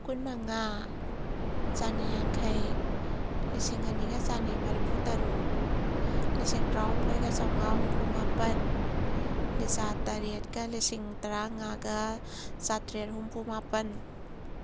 ꯀꯨꯟ ꯃꯉꯥ ꯆꯅꯤ ꯌꯥꯡꯈꯩ ꯂꯤꯁꯤꯡ ꯑꯅꯤꯒ ꯆꯅꯤ ꯃꯔꯐꯨ ꯇꯔꯨꯛ ꯂꯤꯁꯤꯡ ꯇꯔꯥꯍꯨꯝꯗꯣꯏꯒ ꯆꯥꯝꯃꯉꯥ ꯍꯨꯝꯐꯨ ꯃꯥꯄꯟ ꯂꯤꯁꯥ ꯇꯔꯦꯠꯀ ꯂꯤꯁꯤꯡ ꯇꯔꯥꯃꯉꯥꯒ ꯆꯥꯇ꯭ꯔꯦꯠ ꯍꯨꯝꯐꯨ ꯃꯥꯄꯟ